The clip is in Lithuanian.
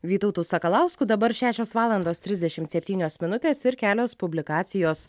vytautu sakalausku dabar šešios valandos trisdešimt septynios minutės ir kelios publikacijos